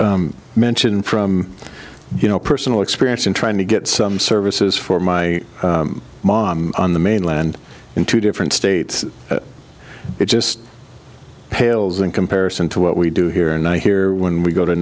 just mention from you know personal experience in trying to get some services for my mom on the mainland in two different states it just pales in comparison to what we do here and i hear when we go to